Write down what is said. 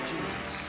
Jesus